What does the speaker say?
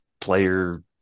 player